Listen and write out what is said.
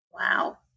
Wow